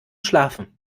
schlafen